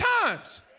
times